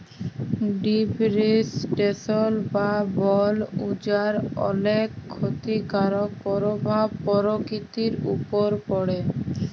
deforestation বা বল উজাড় অলেক খ্যতিকারক পরভাব পরকিতির উপর পড়ে